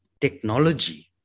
technology